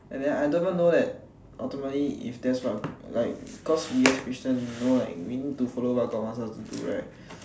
and then I don't even know that ultimately if that's what like cause we as christian know like we need to follow what god wants us to do right